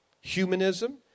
humanism